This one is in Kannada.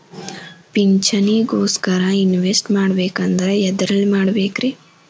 ಪಿಂಚಣಿ ಗೋಸ್ಕರ ಇನ್ವೆಸ್ಟ್ ಮಾಡಬೇಕಂದ್ರ ಎದರಲ್ಲಿ ಮಾಡ್ಬೇಕ್ರಿ?